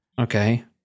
okay